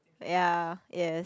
ya yes